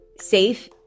safe